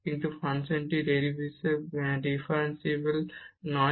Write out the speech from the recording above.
কিন্তু ফাংশনটি ডিফারেনসিবল নয়